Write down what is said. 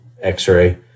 x-ray